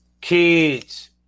kids